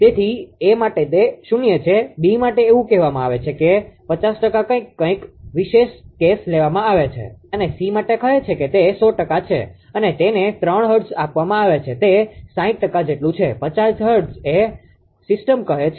તેથી એ માટે તે 0 છે બી માટે એવું કહેવામાં આવે છે કે 50 ટકા કંઈક કંઇક વિશેષ કેસ લેવામાં આવે છે અને સી માટે કહે છે કે તે 100 ટકા છે અને તેને 3 હર્ટ્ઝ આપવામાં આવે છે તે 60 ટકા જેટલું છે 50 એ હર્ટ્ઝ સિસ્ટમ કહે છે